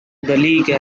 league